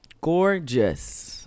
Gorgeous